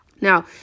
Now